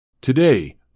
Today